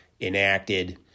enacted